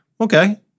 Okay